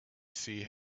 see